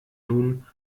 nun